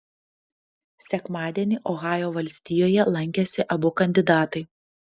sekmadienį ohajo valstijoje lankėsi abu kandidatai